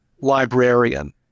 librarian